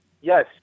yes